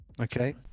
Okay